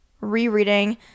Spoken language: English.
rereading